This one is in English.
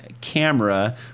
camera